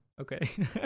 Okay